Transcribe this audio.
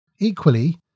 Equally